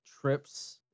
trips